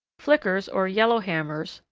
flickers, or yellowhammers,